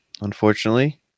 unfortunately